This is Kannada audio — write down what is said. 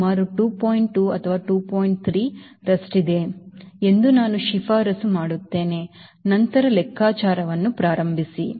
3 ರಷ್ಟಿದೆ ಎಂದು ನಾನು ಶಿಫಾರಸು ಮಾಡುತ್ತೇನೆ ನಂತರ ಲೆಕ್ಕಾಚಾರವನ್ನು ಪ್ರಾರಂಭಿಸಿ